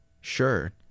Sure